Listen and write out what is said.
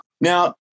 Now